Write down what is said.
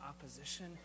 opposition